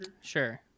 Sure